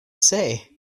say